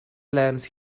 learns